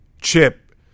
chip